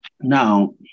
Now